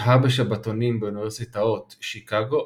שהה בשבתונים באוניברסיטאות שיקגו,